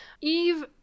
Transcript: Eve